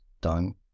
done